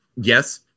Yes